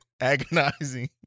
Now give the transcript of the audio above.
agonizing